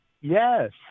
Yes